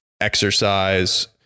exercise